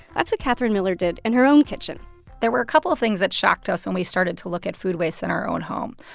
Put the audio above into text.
that's what catherine miller did in her own kitchen there were a couple of things that shocked us when we started to look at food waste in our own home.